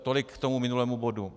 Tolik k tomu minulému bodu.